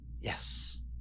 Yes